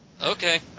Okay